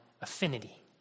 affinity